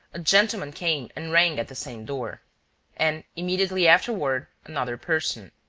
a gentleman came and rang at the same door and, immediately afterward, another person.